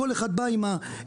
כל אחד בא עם הווקטור,